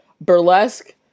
burlesque